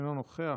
אינו נוכח,